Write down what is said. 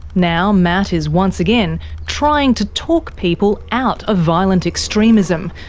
now matt is once again trying to talk people out of violent extremism,